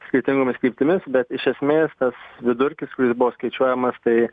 skirtingomis kryptimis bet iš esmės tas vidurkis kuris buvo skaičiuojamas tai